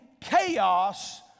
chaos